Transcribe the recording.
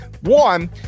One